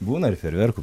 būna ir fejerverkų